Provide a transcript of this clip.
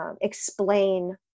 explain